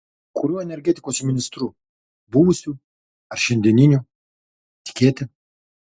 kuriuo energetikos ministru buvusiu ar šiandieniniu tikėti